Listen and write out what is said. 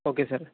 okay sir